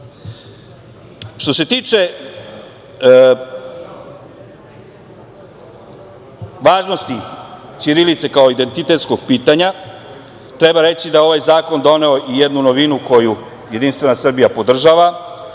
se tiče važnosti ćirilice kao identitetskoga pitanja, treba reći da je ovaj zakon doneo i jednu novinu koju JS podržava,